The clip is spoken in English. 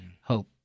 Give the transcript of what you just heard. hope